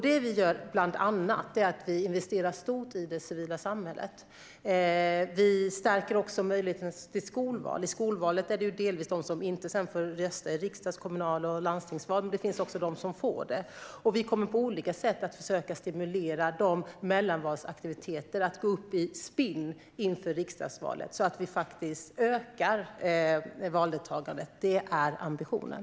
Det vi bland annat gör är att vi investerar stort i det civila samhället. Vi stärker också möjligheten till skolval. I skolvalet gäller det delvis dem som sedan inte får rösta i riksdags-, kommunal och landstingsval men också dem som får det. Vi kommer på olika sätt att försöka att stimulera mellanvalsaktiviteter att gå upp i spinn inför riksdagsvalet så att vi ökar valdeltagandet. Det är ambitionen.